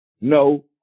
no